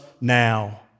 now